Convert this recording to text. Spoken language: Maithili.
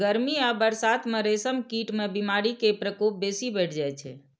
गर्मी आ बरसात मे रेशम कीट मे बीमारी के प्रकोप बेसी बढ़ि जाइ छै